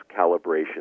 calibration